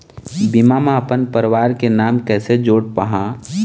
बीमा म अपन परवार के नाम कैसे जोड़ पाहां?